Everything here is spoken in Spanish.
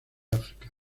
áfrica